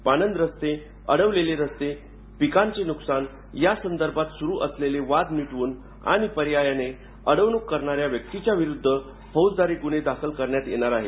पाणंद रस्ते अडवलेले रस्तेपिकांचे नुकसान यासंदर्भात सूरू असलेले वाद मिटवून आणि पर्यायाने अडवणूक करणाऱ्या व्यक्तीच्या विरुद्ध फौजदारी गुन्हे दाखल करण्यात येणार आहेत